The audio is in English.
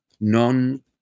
non